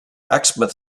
exmouth